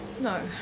No